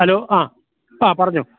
hello ആ ആ പറഞ്ഞൊ